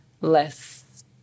less